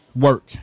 work